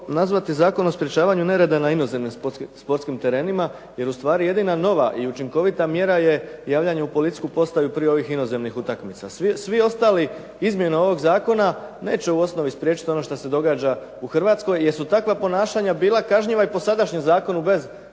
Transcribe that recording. terenima jer ustvari jedina nova i učinkovita mjera je javljanje u policijsku postaju prije ovih inozemnih utakmica. Svi ostali izmjene ovog zakona neće u osnovi spriječiti ono što se događa u Hrvatskoj jer su takva ponašanja bila kažnjiva i po sadašnjem zakonu bez